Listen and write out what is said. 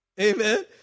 Amen